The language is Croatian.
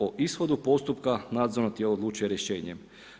O ishodu postupka nadzorno tijelo odlučuje rješenjem.